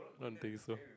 I don't think so